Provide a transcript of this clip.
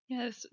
Yes